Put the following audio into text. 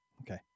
Okay